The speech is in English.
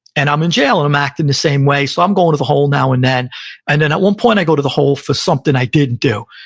and i'm in jail, and i'm acting the same way, so i'm going to the hole now and then and then at one point i go to the hole for something i didn't do.